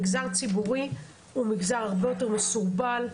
מגזר ציבורי הוא מגזר הרבה יותר מסורבל,